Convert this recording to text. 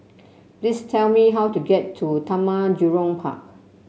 please tell me how to get to Taman Jurong Park